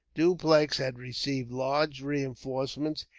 dupleix had received large reinforcements,